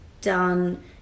done